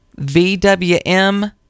VWM